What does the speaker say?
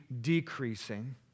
decreasing